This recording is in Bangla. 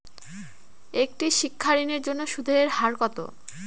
একটি শিক্ষা ঋণের জন্য সুদের হার কত?